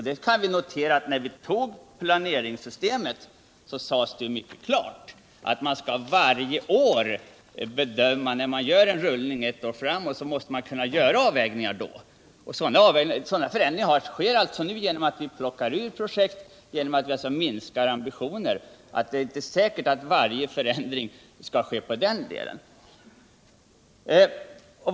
Vi kan notera att när vi tog beslut om planeringssystemet så sades det klart att när vi årligen gör en rullning ett år framåt så måste vi kunna göra nya avvägningar. Och sådana förändringar sker nu genom att vi plockar ur projekt och alltså minskar ambitionerna. Men det är inte säkert att varje förändring kan ske på materielsidan.